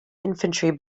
infantry